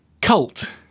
cult